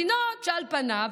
מדינות שעל פניו,